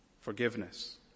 forgiveness